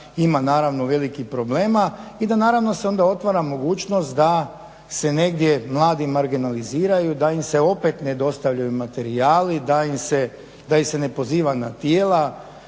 ima naravno velikih problema i da naravno se onda otvara mogućnost da se negdje mladi marginaliziraju, da im se opet ne dostavljaju materijali, da ih se ne poziva na tijela